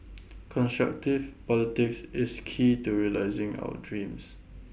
constructive politics is key to realising our dreams